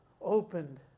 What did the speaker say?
opened